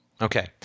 Okay